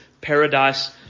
paradise